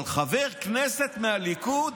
אבל חבר כנסת מהליכוד?